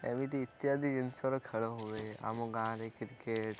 ଏମିତି ଇତ୍ୟାଦି ଜିନିଷର ଖେଳ ହୁଏ ଆମ ଗାଁରେ କ୍ରିକେଟ୍